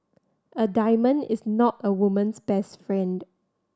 a diamond is not a woman's best friend